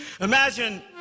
Imagine